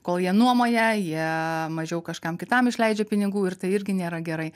kol jie nuomoja jie mažiau kažkam kitam išleidžia pinigų ir tai irgi nėra gerai